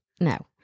No